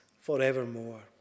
forevermore